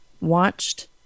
watched